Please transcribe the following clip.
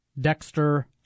Dexter